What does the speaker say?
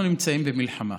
אנחנו נמצאים במלחמה.